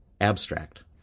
Abstract